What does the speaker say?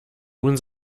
nun